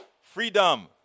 Freedom